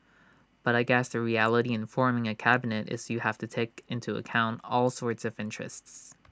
but I guess the reality in forming A cabinet is you have to take into account all sorts of interests